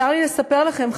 צר לי לספר לכם,